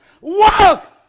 Walk